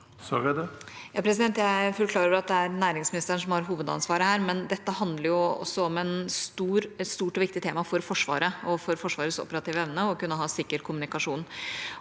er fullt klar over at det er næringsministeren som har hovedansvaret her, men dette handler også om et stort og viktig tema for Forsvaret og for Forsvarets operative evne og å kunne ha sikker kommunikasjon.